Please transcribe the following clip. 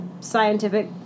scientific